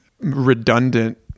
redundant